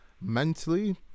mentally